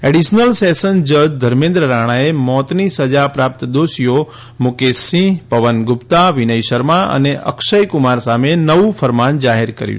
additional sessions જજ ધર્મેન્દ્ર રાણાએ મોતની સજા પ્રાપ્ત દોષીઓ મુકેશ સિંહ પવન ગુપ્તા વિનય શર્મા અને અક્ષયકુમાર સામે નવુ ફરમાન જાહેર કર્યું